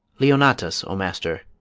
leonatus! o master,